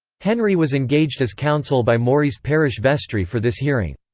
henry was engaged as counsel by maury's parish vestry for this hearing.